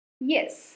Yes